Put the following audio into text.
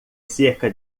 cerca